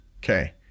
Okay